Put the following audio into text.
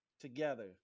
together